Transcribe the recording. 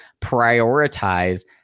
prioritize